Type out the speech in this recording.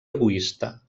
egoista